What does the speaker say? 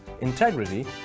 integrity